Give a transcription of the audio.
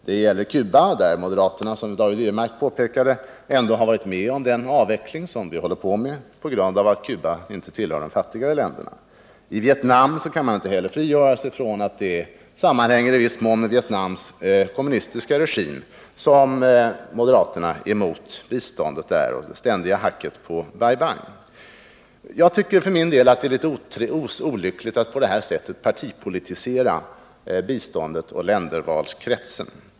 Detta gäller Cuba, där moderaterna —-som David Wirmark påpekade — ändå har varit med om den avveckling som vi håller på med på grund av att Cuba inte tillhör de fattigare länderna. Beträffande Vietnam kan man inte heller frigöra sig från intrycket att moderaternas motstånd mot bidrag och det svenska hacket på Bai Bang i viss mån sammanhänger med landets kommunistiska regim. Jag tycker för min del att det är litet olyckligt att på detta sätt partipolitisera biståndet och ländervalskretsen.